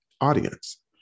audience